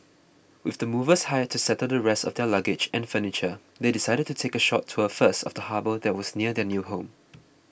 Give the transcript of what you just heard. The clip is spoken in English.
with the movers hired to settle the rest of their luggage and furniture they decided to take a short tour first of the harbour that was near their new home